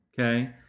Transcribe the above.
Okay